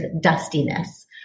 dustiness